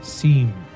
Seem